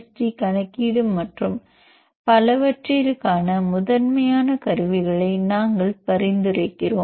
D கணக்கீடு மற்றும் பலவற்றிற்கான முதன்மையான கருவிகளை நாங்கள் பரிந்துரைக்கிறோம்